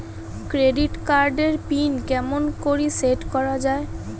Credit card এর pin কেমন করি সেট করা য়ায়?